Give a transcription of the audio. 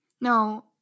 No